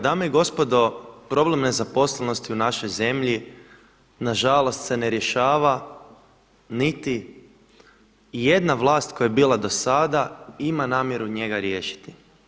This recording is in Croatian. Dame i gospodo, problem nezaposlenosti u našoj zemlji nažalost se ne rješava niti ijedna vlast koja je bila do sada ima namjeru njega riješiti.